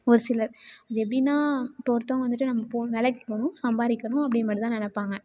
ஒரு சிலர் அது எப்படின்னா இப்பபோ ஒருத்தவங்க வந்துட்டு நம்ம போ வேலைக்கு போகணும் சம்பாதிக்கணும் அப்டின்னு மட்டும்தான் நினப்பாங்க